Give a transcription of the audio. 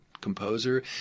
Composer